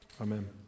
Amen